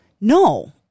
No